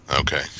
Okay